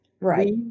right